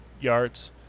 yards